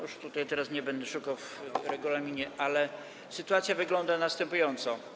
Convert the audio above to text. Już tutaj teraz nie będę szukał tego w regulaminie, ale sytuacja wygląda następująco.